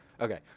Okay